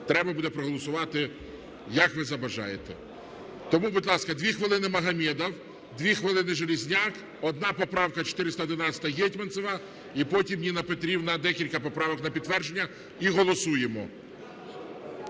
треба буде проголосувати, як ви забажаєте. Тому, будь ласка, дві хвилин – Магомедов, дві хвилини – Железняк, одна поправка 411 Гетманцева і потім Ніна Петрівна декілька поправок на підтвердження, і голосуємо.